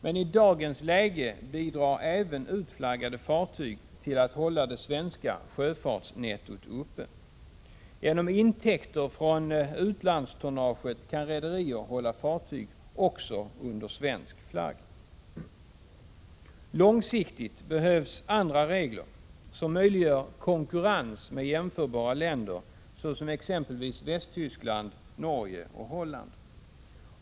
Men i dagens läge bidrar även utflaggade fartyg till att hålla det svenska sjöfartsnettot uppe. Genom intäkter från utlandstonnaget kan rederier hålla fartyg också under svensk flagg. Långsiktigt behövs andra regler som möjliggör konkurrens med jämförbara länder, exempelvis Västtyskland, Norge och Holland.